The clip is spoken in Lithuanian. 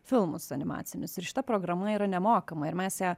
filmus animacinius ir šita programa yra nemokama ir mes ją